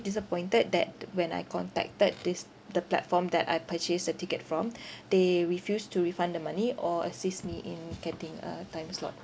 disappointed that when I contacted this the platform that I purchased the ticket from they refused to refund the money or assist me in getting a time slot